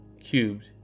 cubed